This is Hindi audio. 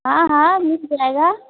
हाँ हाँ मिल जाएगा